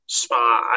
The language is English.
spot